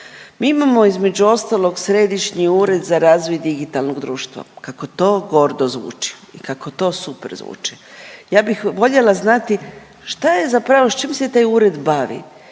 Mi imamo između ostalog središnji ured za razvoj digitalnog društva. Kako to gordo zvuči i kako to super zvuči. Ja bih voljela znati šta je zapravo, sa čim se taj ured bavi